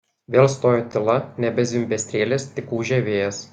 vėl stojo tyla nebezvimbė strėlės tik ūžė vėjas